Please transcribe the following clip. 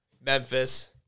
Memphis